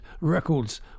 records